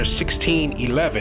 1611